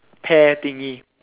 hair thingy